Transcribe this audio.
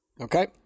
Okay